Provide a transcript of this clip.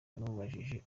yamubujije